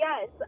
yes